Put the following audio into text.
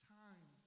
time